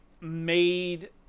made